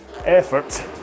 effort